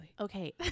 Okay